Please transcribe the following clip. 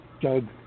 Doug